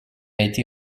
été